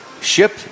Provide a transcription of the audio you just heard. Ship